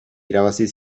irabazi